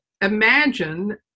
imagine